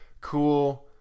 cool